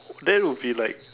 that would be like